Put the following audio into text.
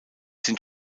sind